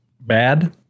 bad